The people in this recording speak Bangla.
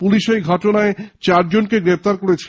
পুলিশ এই ঘটনায় চারজনকে গ্রেপ্তার করেছে